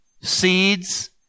seeds